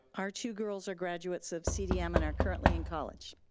our two girls are graduates of cdm and are currently in college.